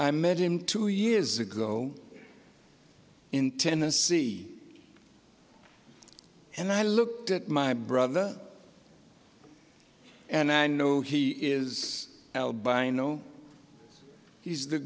i met him two years ago in tennessee and i looked at my brother and i know he is albino he's the